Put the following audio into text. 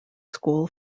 school